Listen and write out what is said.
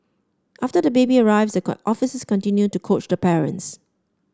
after the baby arrives the can officers continue to coach the parents